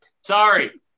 Sorry